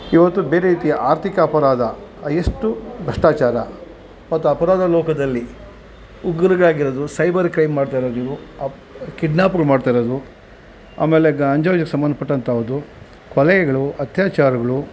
ಇವತ್ತು ಬೇರೆ ರೀತಿಯ ಆರ್ಥಿಕ ಅಪರಾಧ ಎಷ್ಟು ಭ್ರಷ್ಟಾಚಾರ ಮತ್ತು ಅಪರಾಧ ಲೋಕದಲ್ಲಿ ಉಗ್ರಗಾಗಿರದು ಸೈಬರ್ ಕ್ರೈಮ್ ಮಾಡ್ತಾ ಇರೋದು ನೀವು ಕಿಡ್ನ್ಯಾಪುಗಳ್ ಮಾಡ್ತಾ ಇರೋದು ಆಮೇಲೆ ಗಾಂಜಾಗೆ ಸಂಬಂದಪಟ್ಟಂತಾದ್ದು ಕೊಲೆಗಳು ಅತ್ಯಾಚಾರಗಳು